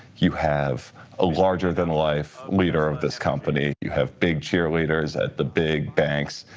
you have a larger than life leader of this company, you have big cheerleaders at the big banks,